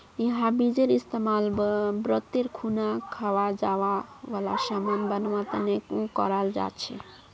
यहार बीजेर इस्तेमाल व्रतेर खुना खवा जावा वाला सामान बनवा तने कराल जा छे